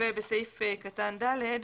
בסעיף קטן (ד)